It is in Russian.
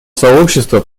сообщества